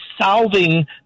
solving